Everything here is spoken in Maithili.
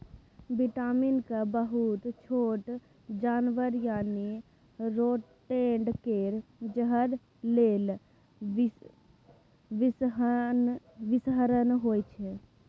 बिटामिन के बहुत छोट जानबर यानी रोडेंट केर जहर लेल बिषहरण होइ छै